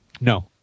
No